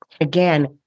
Again